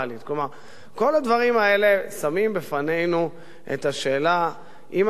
כל הדברים האלה שמים בפנינו את השאלה אם אנחנו על הקשקש,